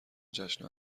جشن